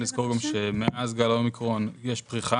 צריך לזכור גם שמאז גל האומיקרון יש פריחה